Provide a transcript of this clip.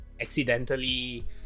accidentally